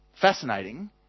fascinating